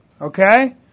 Okay